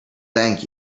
thank